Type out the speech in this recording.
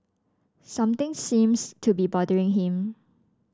something seems to be bothering him